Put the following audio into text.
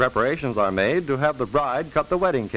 preparations are made to have the bride cut the wedding